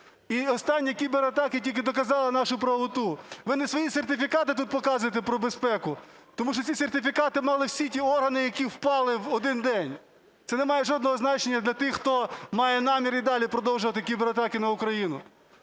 І останні кібератаки тільки доказали нашу правоту. Ви не свої сертифікати тут показуйте про безпеку, тому що ці сертифікати мали всі ті органи, які впали в один день. Це немає жодного значення для тих, хто має наміри, і далі продовжувати кібератаки на Україну.